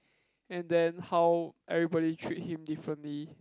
and then how everybody treat him differently